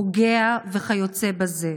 פוגע וכיוצא בזה.